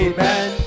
Amen